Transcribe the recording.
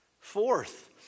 Fourth